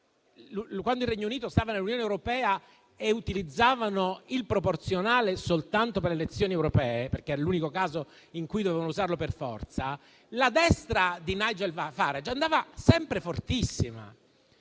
quando il Regno Unito stava nell'Unione europea e utilizzavano il proporzionale soltanto per le elezioni europee (l'unico caso in cui dovevano usarlo per forza), la destra di Nigel Farage andava sempre fortissima.